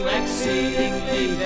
exceedingly